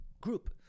group